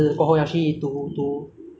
因为我人生就是很简单 ah